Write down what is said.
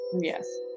Yes